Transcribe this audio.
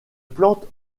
plante